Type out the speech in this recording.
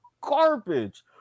garbage